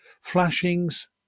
flashings